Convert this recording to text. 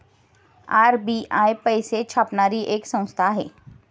RBI पैसे छापणारी एक संस्था आहे